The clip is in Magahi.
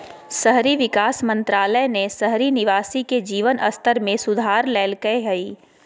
शहरी विकास मंत्रालय ने शहरी निवासी के जीवन स्तर में सुधार लैल्कय हइ